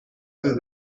peut